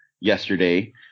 yesterday